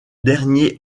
dernier